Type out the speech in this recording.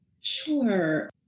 Sure